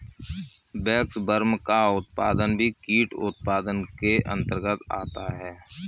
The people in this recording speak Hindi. वैक्सवर्म का उत्पादन भी कीट उत्पादन के अंतर्गत आता है